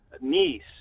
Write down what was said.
Niece